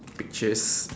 pictures